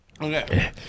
Okay